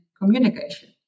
communication